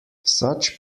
such